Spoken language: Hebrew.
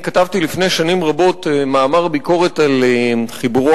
כתבתי לפני שנים רבות מאמר ביקורת על חיבורו